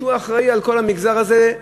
שהוא אחראי על כל המגזר הזה,